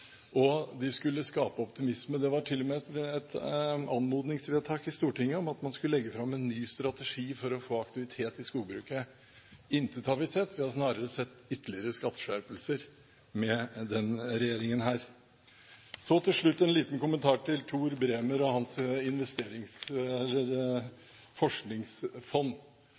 og de skulle skape optimisme. Det var til og med et anmodningsvedtak i Stortinget om at man skulle legge fram en ny strategi for å få aktivitet i skogbruket. Intet har vi sett. Vi har snarere sett ytterligere skatteskjerpelser med denne regjeringen. Så til slutt en liten kommentar til Tor Bremer og hans forskningsfond: Det er faktisk sånn at dagens forskningsfond